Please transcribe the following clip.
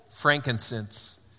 frankincense